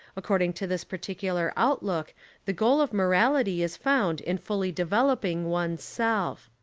according to this particular outlook the goal of morality is found in fully developing one's self.